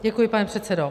Děkuji, pane předsedo.